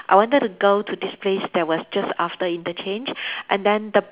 I wanted to go to this place that was just after interchange and then the